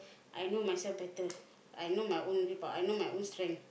I know myself better I know my own I know my own strength